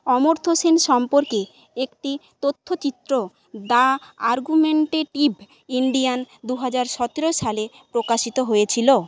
অমর্ত্য সেন সম্পর্কে একটি তথ্যচিত্র দ্য আর্গুমেন্টেটিভ ইন্ডিয়ান দু হাজার সতেরো সালে প্রকাশিত হয়েছিলো